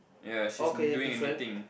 ya she isn't doing anything